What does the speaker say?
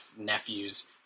nephews